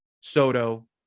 Soto